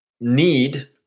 need